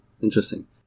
Interesting